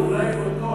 אולי בוטות,